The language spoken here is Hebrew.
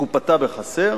קופתה בחסר